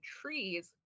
trees